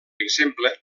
exemple